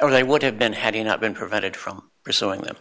or they would have been had he not been prevented from pursuing them